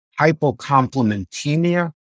hypocomplementemia